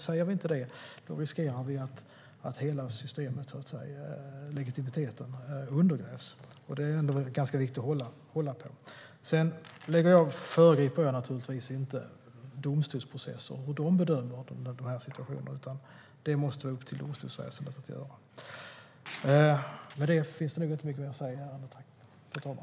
Säger vi inte det riskerar vi att legitimiteten i systemet undergrävs, och det är ändå ganska viktigt att hålla på den. Jag föregriper naturligtvis inte domstolsprocesser och hur de bedömer den här situationen, utan det måste vara upp till domstolsväsendet att göra.